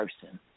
person